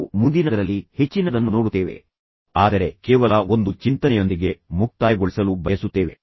ನಾವು ಮುಂದಿನದರಲ್ಲಿ ಹೆಚ್ಚಿನದನ್ನು ನೋಡುತ್ತೇವೆ ಆದರೆ ಕೇವಲ ಒಂದು ಚಿಂತನೆಯೊಂದಿಗೆ ಮುಕ್ತಾಯಗೊಳಿಸಲು ಬಯಸುತ್ತೇವೆ